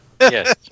Yes